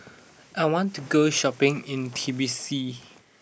I want to go shopping in Tbilisi